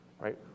right